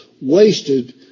wasted